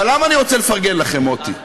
אבל למה אני רוצה לפרגן לכם, מוטי?